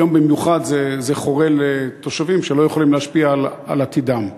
היום במיוחד זה חורה לתושבים שלא יכולים להשפיע על עתידם.